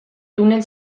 tunel